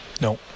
No